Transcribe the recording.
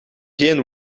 geen